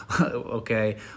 okay